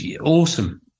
awesome